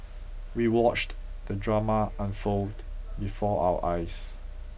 we watched the drama unfold before our eyes